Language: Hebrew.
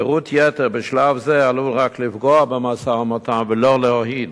פירוט-יתר בשלב זה עלול רק לפגוע במשא-ומתן ולא להועיל.